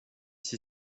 ici